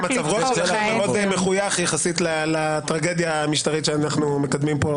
באתם במצב רוח מחויך יחסית לטרגדיה המשטרית שאנחנו מקדמים כאן.